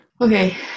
Okay